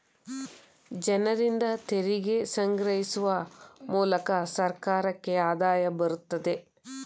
ಜನರಿಂದ ತೆರಿಗೆ ಸಂಗ್ರಹಿಸುವ ಮೂಲಕ ಸರ್ಕಾರಕ್ಕೆ ಆದಾಯ ಬರುತ್ತದೆ